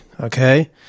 okay